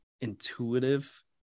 intuitive